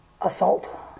Assault